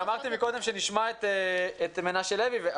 אמרתי קודם שנשמע את מנשה לוי,